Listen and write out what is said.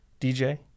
DJ